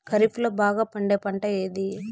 ఖరీఫ్ లో బాగా పండే పంట ఏది?